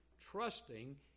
trusting